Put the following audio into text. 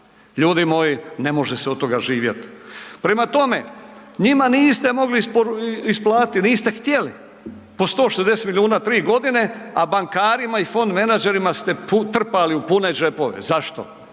Ljudi moji, ne može se od toga živjeti. Prema tome, njima niste mogli isplatiti, niste htjeli, po 160 milijuna 3.g., a bankarima i fon menadžerima ste trpali u pune džepove. Zašto?